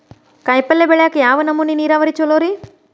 ಕಾಯಿಪಲ್ಯ ಬೆಳಿಯಾಕ ಯಾವ ನಮೂನಿ ನೇರಾವರಿ ಛಲೋ ರಿ?